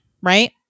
Right